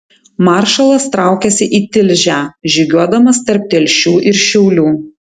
maršalas traukėsi į tilžę žygiuodamas tarp telšių ir šiaulių